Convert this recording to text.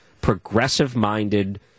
progressive-minded